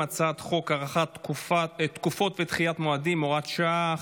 הצעת חוק הארכת תקופות ודחיית מועדים (הוראת שעה,